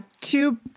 two